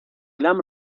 glam